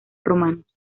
romanos